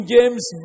James